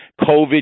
COVID